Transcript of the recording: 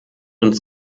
uns